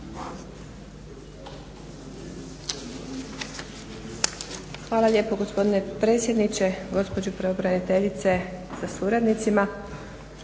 Hvala lijepo gospodine predsjedniče. Gospođo pravobraniteljice sa suradnicima.